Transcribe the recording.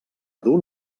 dur